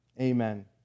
Amen